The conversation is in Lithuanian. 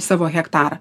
savo hektarą